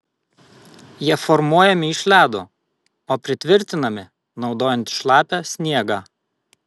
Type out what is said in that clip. jie formuojami iš ledo o pritvirtinami naudojant šlapią sniegą